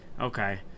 Okay